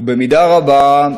הוא במידה רבה,